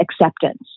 acceptance